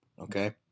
Okay